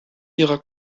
ihrer